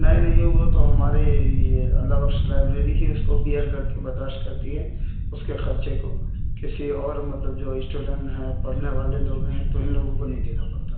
نہیں نہیں وہ تو ہمارے یہ اللہ بخش لائبریری ہی اس کو بیئر کرتی ہے برداشت کرتی ہے اس کے خرچے کو کسی اور مطلب جو اسٹوڈن ہیں پڑھنے والے لوگ ہیں تو ان لوگوں کو نہیں دینا پڑتا